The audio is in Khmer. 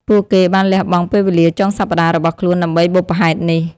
ពួកគេបានលះបង់ពេលវេលាចុងសប្ដាហ៍របស់ខ្លួនដើម្បីបុព្វហេតុនេះ។